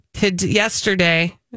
Yesterday